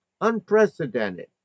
unprecedented